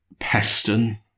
Peston